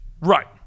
Right